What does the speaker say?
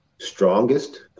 strongest